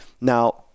Now